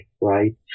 right